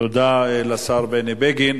תודה לשר בני בגין.